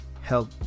help